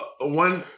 One